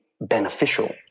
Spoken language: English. beneficial